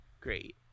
great